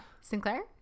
Sinclair